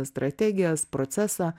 strategijas procesą